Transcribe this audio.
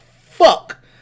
fuck